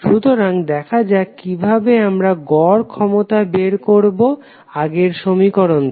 সুতরাং দেখা যাক কিভাবে আমরা গড় ক্ষমতা বের করবো আগের সমীকরণ থেকে